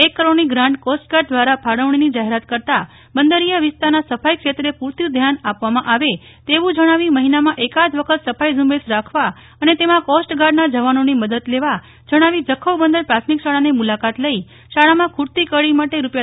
એક કરોડની grant coastguard દ્વારા ફાળવણીની જાહેરાત કરતાં બંદરીય વિસ્તારના સફાઈક્ષેત્રે પૂરતું ધ્યાન આપવામાં આવે તેવું જણાવી મહિનામાં એકાદ વખત સફાઈ ઝુંબેશ રાખવા અને તેમાં કોસ્ટગાર્ડના જવાનોની મદદ લેવા જણાવી જખૌ બંદર પ્રાથમિક શાળાની મુલાકાત લઈ શાળામાં ખૂટતી કડી માટે રૂા